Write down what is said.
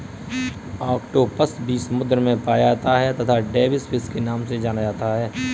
octopus भी समुद्र में पाया जाता है तथा डेविस फिश के नाम से जाना जाता है